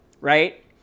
Right